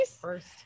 first